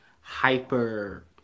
hyper